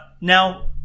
Now